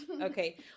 Okay